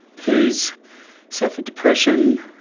he's suffered depression,